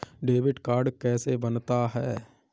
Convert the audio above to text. Debit card कैसे बनता है?